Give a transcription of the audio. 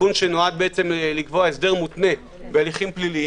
תיקון שנועד לקבוע הסדר מותנה בהליכים פליליים,